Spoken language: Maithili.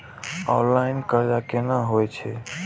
ऑनलाईन कर्ज केना होई छै?